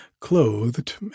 clothed